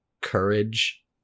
courage